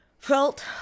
felt